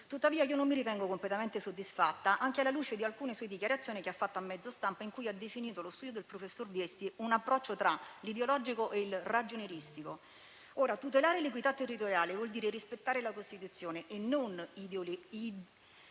Tuttavia io non mi ritengo completamente soddisfatta, anche alla luce di alcune sue dichiarazioni che ha fatto a mezzo stampa, in cui ha definito lo studio del professor Viesti un approccio tra l'ideologico e il ragionieristico. Tutelare l'equità territoriale vuol dire rispettare la Costituzione e non ideologizzare.